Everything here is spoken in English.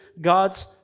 God's